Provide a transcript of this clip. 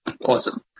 Awesome